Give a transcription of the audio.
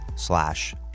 Slash